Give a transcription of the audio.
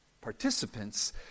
Participants